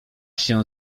się